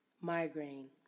migraine